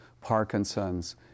Parkinson's